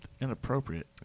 inappropriate